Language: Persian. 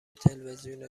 تلوزیون